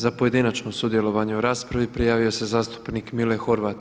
Za pojedinačno sudjelovanje u raspravi prijavio se zastupnik Mile Horvat.